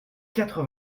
quatre